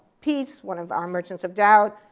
piece, one of our merchants of doubt,